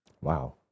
wow